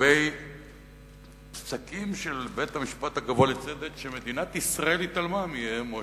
לגבי פסקים של בית-המשפט הגבוה לצדק שמדינת ישראל התעלמה מהם או